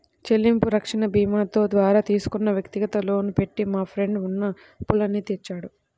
చెల్లింపు రక్షణ భీమాతో ద్వారా తీసుకున్న వ్యక్తిగత లోను పెట్టి మా ఫ్రెండు ఉన్న అప్పులన్నీ తీర్చాడు